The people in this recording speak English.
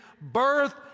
birth